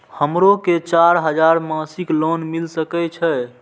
हमरो के चार हजार मासिक लोन मिल सके छे?